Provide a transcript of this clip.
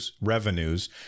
revenues